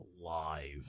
alive